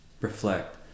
reflect